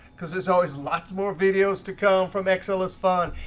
because there's always lots more videos to come from excel is fun,